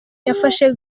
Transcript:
yafashe